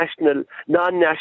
non-national